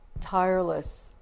tireless